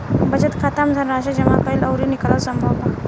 बचत खाता में धनराशि जामा कईल अउरी निकालल संभव बा